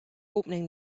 opening